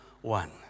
one